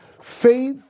Faith